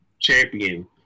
champion